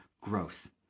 growth